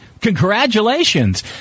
Congratulations